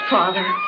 Father